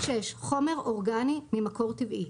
חומר אורגני ממקור טבעי,